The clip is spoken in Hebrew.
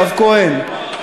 הרב כהן,